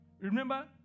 Remember